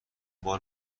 بار